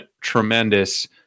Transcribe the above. tremendous